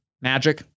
magic